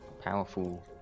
powerful